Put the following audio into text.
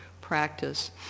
practice